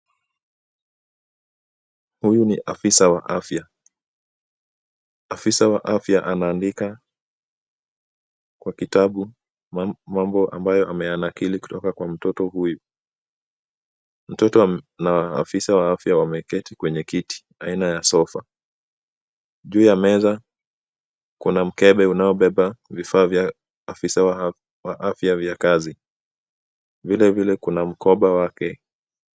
Huyu ni afisa wa afya , afisa wa afya anaandika kwa kitabu mambo ambayo ameyanakili kutoka kwa mtoto huyu. Mtoto na afisa wa afya wameketi kwenye kiti aina ya sofa, juu ya meza kuna mkebe unaobeba vifaa vya afisa wa afya vya kazi, vilvile kuna mkoba wake.